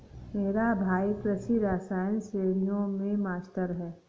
मेरा भाई कृषि रसायन श्रेणियों में मास्टर है